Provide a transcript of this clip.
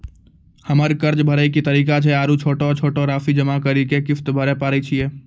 हमरा कर्ज भरे के की तरीका छै आरू छोटो छोटो रासि जमा करि के किस्त भरे पारे छियै?